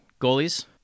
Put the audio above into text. Goalies